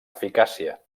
eficàcia